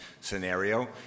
scenario